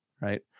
right